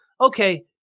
Okay